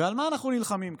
ועל מה אנחנו נלחמים כאן?